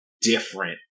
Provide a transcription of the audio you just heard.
different